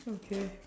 okay